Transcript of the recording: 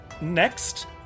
Next